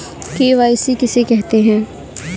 KYC किसे कहते हैं?